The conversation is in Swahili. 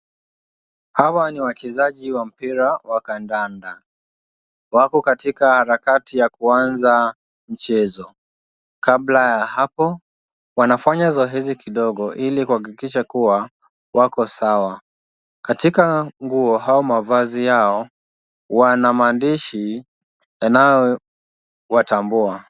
Hawa ni wachezaji wa mpira wa kandanda. Wako katika harakati ya kuanza mchezo. Kabla ya hapo, wanafanya zoezi kidogo ili kuhakikisha kuwa wako sawa. Katika nguo au mavazi yao, wana maandishi yanayowatambua.